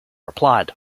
applied